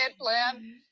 plan